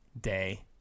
day